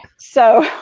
so,